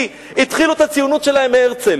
כי התחילו את הציונות שלהם מהרצל.